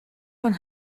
von